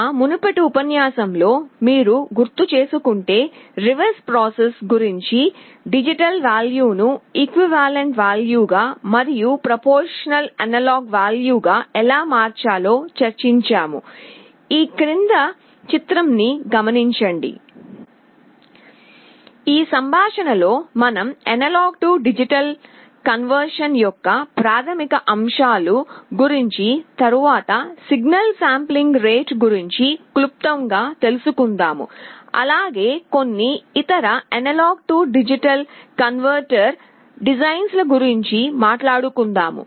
మా మునుపటి ఉపన్యాసంలో మీరు గుర్తుచేసుకుంటే రివర్స్ ప్రాసెస్ గురించి డిజిటల్ వాల్యూ ను ను ఈక్వలెంట్ వాల్యూ గా మరియు ప్రపోర్షనల్ అనలాగ్ వాల్యూ గా ఎలా మార్చాలో చర్చించాము ఈ సంభాషణ లో మనం A D కన్వర్షన్ AD convertionయొక్క ప్రాధమిక అంశాల గురించి తరువాత సిగ్నల్ శాంప్లింగ్ రేట్ గురించి క్లుప్తంగా తెలుసుకుందాము అలాగే కొన్ని ఇతర A D కన్వేర్టర్ డిజైన్ ల గురించి మాట్లాడుకుందాము